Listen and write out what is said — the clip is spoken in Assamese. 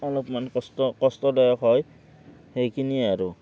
অলপমান কষ্ট কষ্টদায়ক হয় সেইখিনিয়ে আৰু